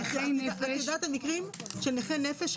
את יודעת על מקרים של נכי נפש,